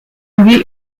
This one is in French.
lui